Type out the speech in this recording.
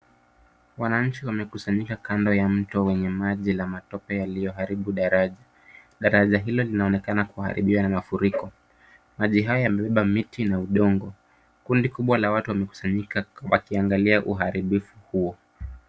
Wananchi wamekusanyika kando ya mto wenye maji la matope yaliyoharibu daraja. Daraja hili linaonekana kuwa mafuriko. Maji haya yamebeba miti na udongo. Kundi kubwa wamekusanyika wakiangalia uharibifu huo.